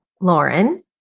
Lauren